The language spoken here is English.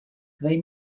they